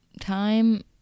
time